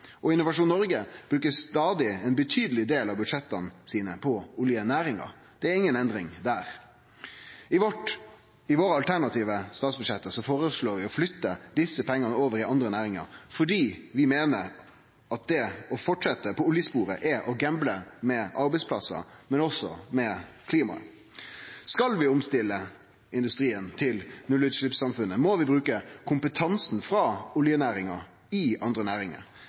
og Innovasjon Noreg bruker stadig ein betydeleg del av budsjetta sine på oljenæringa, det er inga endring der. I vårt alternative statsbudsjett føreslår vi å flytte desse pengane over i andre næringar fordi vi meiner at det å fortsetje på oljesporet er å gamble med arbeidsplassar, men også med klimaet. Skal vi omstille industrien til nullutsleppsamfunnet, må vi bruke kompetansen frå oljenæringa i andre næringar.